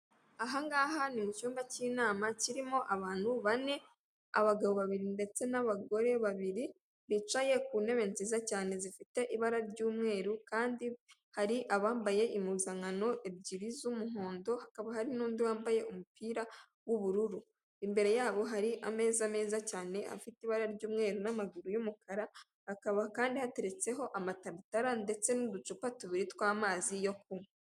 Aha ngaha ni mu cyumba cy'inama kirimo abantu bane, abagabo babiri ndetse n'abagore babiri, bicaye ku ntebe nziza cyane zifite ibara ry'umweru, kandi hari abambaye impuzankano ebyiri z'umuhondo, hakaba hari n'undi wambaye umupira w'ubururu. Imbere yabo hari ameza meza cyane afite ibara ry'umweru n'amaguru y'umukara, hakaba kandi hateretseho amataratara ndetse n'uducupa tubiri tw'amazi yo kunywa.